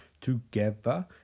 Together